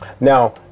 Now